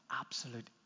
absolute